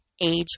age